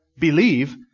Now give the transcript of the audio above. believe